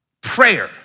Prayer